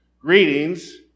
greetings